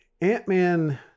ant-man